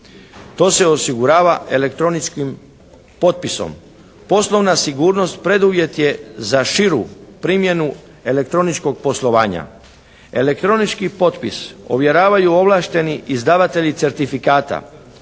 To se osigurava elektroničkim potpisom. Poslovna sigurnost preduvjet je za širu primjenu elektroničkog poslovanja. Elektronički potpis ovjeravaju ovlašteni izdavatelji certifikata,